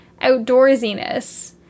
outdoorsiness